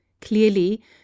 Clearly